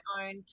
own